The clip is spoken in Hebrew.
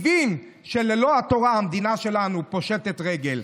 הבין שללא התורה המדינה שלנו פושטת רגל.